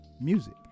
music